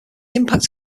impact